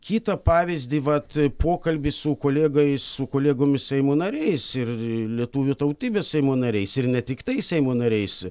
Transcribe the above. kitą pavyzdį vat pokalbį su kolegais su kolegomis seimo nariais ir lietuvių tautybės seimo nariais ir ne tiktai seimo nariais